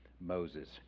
Moses